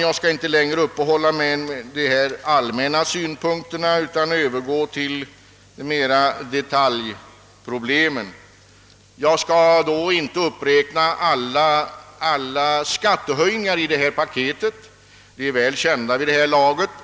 Jag skall inte längre uppehålla mig vid dessa allmänna synpunkter utan övergår till detaljproblemen. Jag skall inte räkna upp alla skattehöjningar i paketet — de är väl kända vid det här laget.